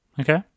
Okay